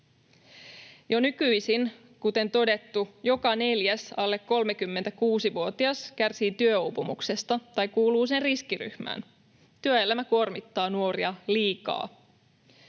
Jo nykyisin, kuten todettu, joka neljäs alle 36-vuotias kärsii työuupumuksesta tai kuuluu sen riskiryhmään. Työelämä kuormittaa nuoria liikaa.